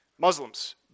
Muslims